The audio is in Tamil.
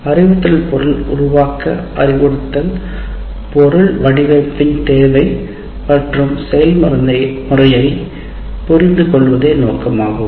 அறிவுறுத்தல் பொருள் உருவாக்க அறிவுறுத்தல் பொருள் வடிவமைப்பின் தேவை மற்றும் செயல்முறையைப் புரிந்து கொள்வதே நோக்கமாகும்